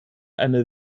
eine